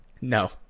No